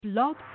Blog